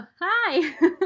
Hi